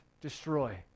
destroy